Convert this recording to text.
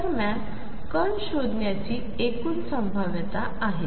दरम्यान कण शोधण्याची एकूण संभाव्यता आहे